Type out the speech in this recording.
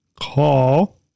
call